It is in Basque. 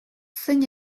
zein